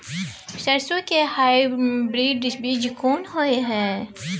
सरसो के हाइब्रिड बीज कोन होय है?